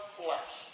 flesh